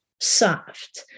soft